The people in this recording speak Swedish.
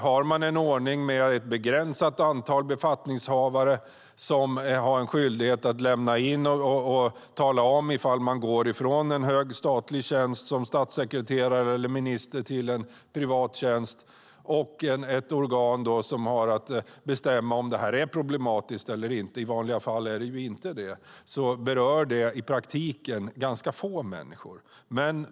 Har man en ordning med ett begränsat antal befattningshavare som har skyldighet att tala om när man går från en hög statlig tjänst som statssekreterare eller minister till en privat tjänst, och ett organ som har att bestämma om det är problematiskt eller inte - i regel är det inte det - berör det i praktiken ganska få människor.